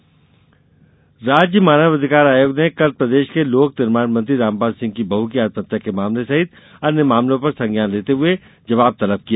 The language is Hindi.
मानवाधिकार राज्य मानव अधिकार आयोग ने कल प्रदेश के लोक निर्माण मंत्री रामपाल सिंह की बहू की आत्महत्या के मामले सहित अन्य मामलों पर संज्ञान लेते हुए जवाब तलब किया